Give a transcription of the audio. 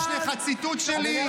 יש לך ציטוט שלי?